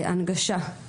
הנגשה.